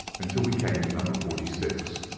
until we came to number forty six,